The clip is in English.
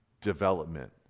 development